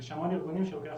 יש המון ארגונים שלוקח